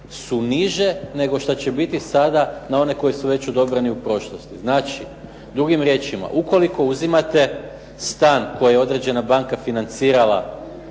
su niže nego šta će biti sada na one koje su već odobreni u prošlosti. Znači, drugim riječima ukoliko uzimate stan koji je određena banka financirala